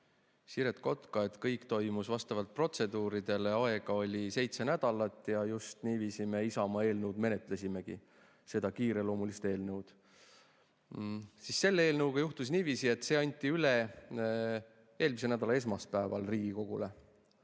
Siret Kotka, et kõik toimus vastavalt protseduuridele, aega oli seitse nädalat ja just niiviisi me Isamaa eelnõu menetlesimegi – seda kiireloomulist eelnõu –, siis selle eelnõuga juhtus niiviisi, et see anti Riigikogule üle eelmise nädala esmaspäeval.